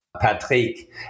Patrick